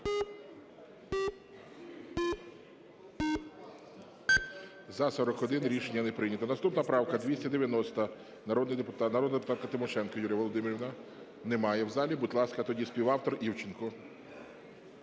За-41 Рішення не прийнято. Наступна правка 290, народна депутатка Тимошенко Юлія Володимирівна. Немає в залі. Будь ласка, тоді співавтор – Івченко.